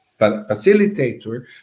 facilitator